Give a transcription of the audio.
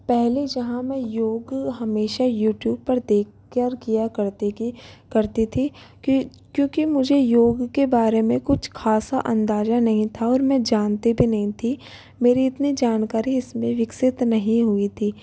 पहले जहाँ मैं योग हमेशा यूट्यूब पर देखकर किया करती की करती थी क्यों क्योंकि मुझे योग के बारे में कुछ खासा अंदाजा नहीं था और मैं जानती भी नहीं थी मेरी इतनी जानकारी इसमें विकसित नहीं हुई थी